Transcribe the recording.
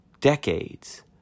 Decades